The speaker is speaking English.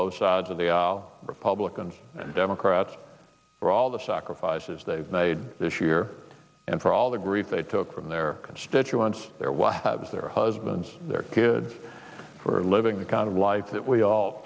both sides of the aisle republicans and democrats for all the sacrifices they made this year and for all the grief they took from their constituents their was their husbands their kids for living the kind of life that we all